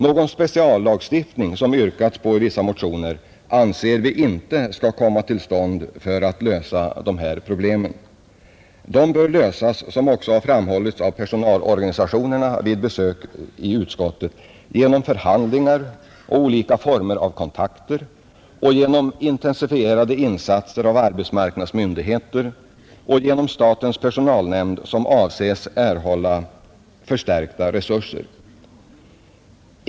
Någon speciallagstiftning, som yrkats i vissa motioner, anser vi inte skall komma till stånd för att lösa dessa problem, De bör lösas, som också har framhållits av personalorganisationerna vid besök i utskottet, genom förhandlingar och olika former av kontakter samt intensifierade insatser av arbetsmarknadsmyndigheter och statens personalnämnd, som avses erhålla förstärkta resurser.